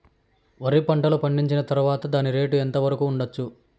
వరి పంటలు పండించిన తర్వాత దాని రేటు ఎంత వరకు ఉండచ్చు